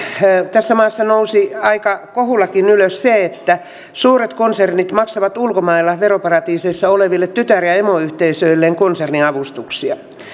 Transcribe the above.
tässä maassa nousi aika kohullakin ylös se että suuret konsernit maksavat ulkomailla veroparatiiseissa oleville tytär ja emoyhteisöilleen konserniavustuksia